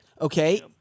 Okay